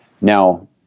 Now